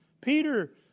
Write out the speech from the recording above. Peter